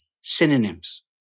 synonyms